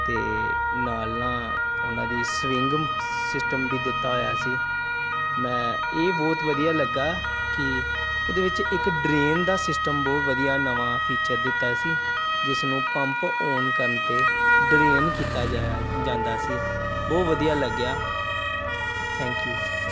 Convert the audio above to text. ਅਤੇ ਨਾਲ ਨਾਲ ਉਹਨਾਂ ਦੀ ਸਵਿੰਗ ਸਿਸਟਮ ਵੀ ਦਿੱਤਾ ਹੋਇਆ ਸੀ ਮੈਂ ਇਹ ਬਹੁਤ ਵਧੀਆ ਲੱਗਾ ਕਿ ਉਹਦੇ ਵਿੱਚ ਇੱਕ ਡਰੇਨ ਦਾ ਸਿਸਟਮ ਬਹੁਤ ਵਧੀਆ ਨਵਾਂ ਫੀਚਰ ਦਿੱਤਾ ਸੀ ਜਿਸ ਨੂੰ ਪੰਪ ਔਨ ਕਰਨ 'ਤੇ ਡਰੇਨ ਕੀਤਾ ਜਾਇਆ ਜਾਂਦਾ ਸੀ ਬਹੁਤ ਵਧੀਆ ਲੱਗਿਆ ਥੈਂਕ ਯੂ